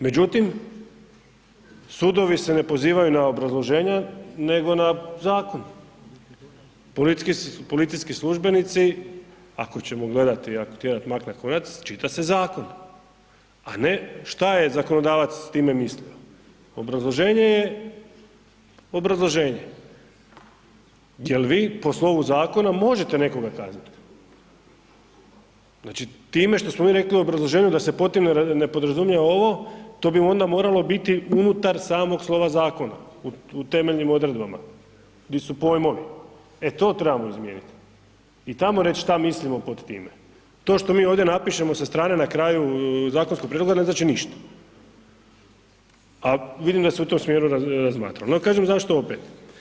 Međutim, sudovi se ne pozivaju na obrazloženje nego na zakon, policijski službenici ako ćemo gledati, ako tjerat mak na konac, čita se zakon, a ne šta je zakonodavac s time mislio, obrazloženje je obrazloženje, jel vi po slovu zakona možete nekoga kaznit, znači time što smo mi rekli u obrazloženju da se pod time ne podrazumijeva ovo, to bi onda moralo biti unutar samog slova zakona, u temeljnim odredbama di su pojmovi, e to trebamo izmijeniti i tamo reć šta mislimo pod time, to što mi ovdje napišemo sa strane na kraju zakonskog prijedloga ne znači ništa, a vidim da se u tom smjeru razmatralo, no kažem zašto opet.